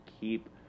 keep